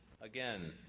again